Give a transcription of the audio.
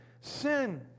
sin